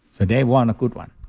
they want a good one.